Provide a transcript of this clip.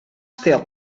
stil